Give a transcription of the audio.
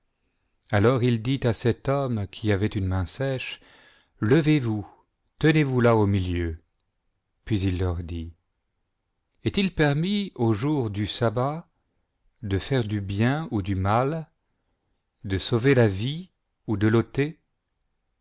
alors il dit à cet homme qui avait une main sèche levez-vous tenez vous là au milieu puis il leur dit est-il per mis au jour du sabbat de faire du bien ou du mal de sauver la vie ou de l'ôter